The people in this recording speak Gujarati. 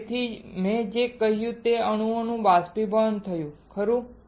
તેથી મેં જે કહ્યું તે અણુઓ બાષ્પીભવન થયું ખરું